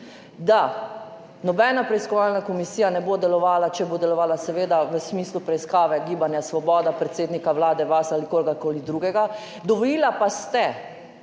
da nobena preiskovalna komisija ne bo delovala, če bo delovala seveda v smislu preiskave Gibanja Svoboda, predsednika Vlade, vas ali kogarkoli drugega. Dovolili pa ste,